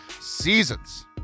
seasons